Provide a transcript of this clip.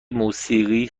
موسیقی